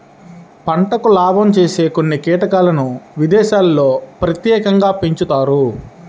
పంటకు లాభం చేసే కొన్ని కీటకాలను విదేశాల్లో ప్రత్యేకంగా పెంచుతారు